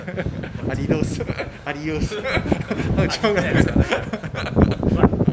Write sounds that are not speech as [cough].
[laughs] adidas [laughs] adios [laughs]